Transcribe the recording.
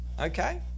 Okay